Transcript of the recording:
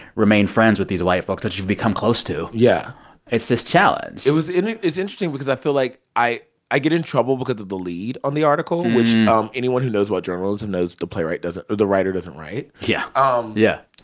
remain friends with these white folks that you've become close to yeah it's this challenge it was and it's interesting because i feel like i i get in trouble because of the lead on the article, which um anyone who knows about journalism knows the playwright doesn't or the writer doesn't write yeah, um yeah